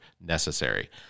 necessary